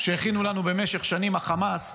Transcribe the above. שהכינו לנו במשך שנים החמאס,